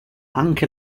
anche